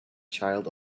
child